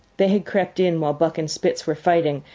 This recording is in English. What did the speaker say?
they had crept in while buck and spitz were fighting,